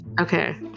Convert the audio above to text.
okay